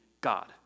God